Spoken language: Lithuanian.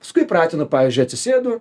paskui pratinu pavyzdžiui atsisėdu